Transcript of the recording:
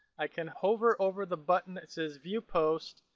i can hover over the button that says view post.